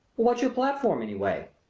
what's your platform, anyway?